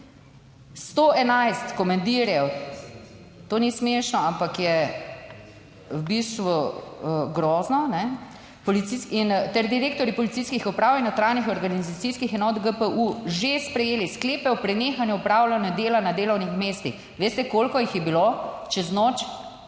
111 komandirjev. To ni smešno, ampak je v bistvu grozno. In polici..., ter direktorji policijskih uprav in notranjih organizacijskih enot GPU že sprejeli sklepe o prenehanju opravljanja dela na delovnih mestih. Veste, koliko jih je bilo čez noč?